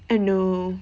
I know